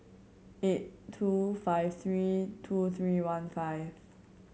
eight two five three two three one five